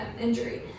injury